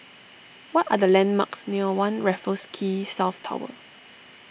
what are the landmarks near one Raffles Quay South Tower